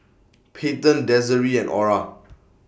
Payton Desiree and Orah